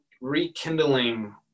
rekindling